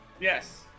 Yes